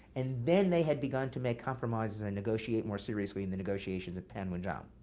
and then they had begun to make compromises and negotiate more seriously in negotiations at panmunjom,